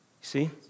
See